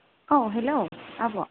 औ हेल' आब'